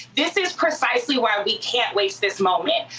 this is precisely why we can't waste this moment.